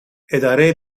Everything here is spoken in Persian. اداره